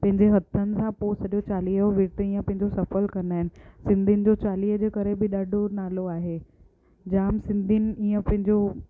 पेंजे हथनि सां पोइ सॾो चालीहो विर्त ईअं पंहिंजो सफल कंदा आहिनि सिंधीनि जो चालीहे जे करे बि ॾाढो नालो आहे जाम सिंधियुनि ईअं पंहिंजो